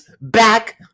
back